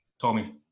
Tommy